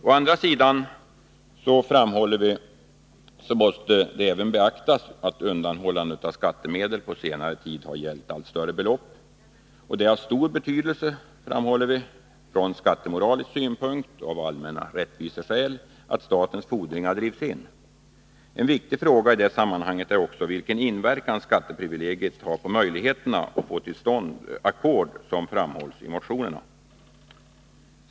Å andra sidan, framhåller vi, måste även beaktas att undanhållande av skattemedel på senare tid har gällt allt större belopp. Det är av stor betydelse från skattemoralisk synpunkt och av allmänna rättviseskäl att statens fordringar drivs in. En viktig fråga i detta sammanhang är också vilken inverkan skatteprivilegiet har på möjligheterna att få till stånd ackord, som framhålls i motionen.